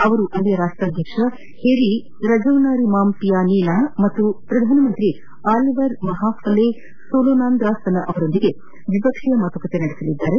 ಅವರು ಅಲ್ಲಿಯ ರಾಷ್ಟಾಧ್ಯಕ್ಷ ಹೆರಿ ರಾಜೌನಾರಿಮಾಮ್ಪಿಯಾನಿನ ಮತ್ತು ಪ್ರಧಾನಮಂತ್ರಿ ಆಲಿವರ್ ಮಹಾಫಲೆ ಸೋಲೊನಾಂದ್ರಾಸನ ಅವರೊಂದಿಗೆ ದ್ವಿಪಕ್ಷೀಯ ಮಾತುಕತೆ ನಡೆಸಲಿದ್ದಾರೆ